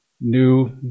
new